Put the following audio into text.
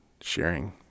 sharing